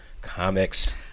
comics